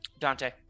Dante